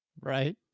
Right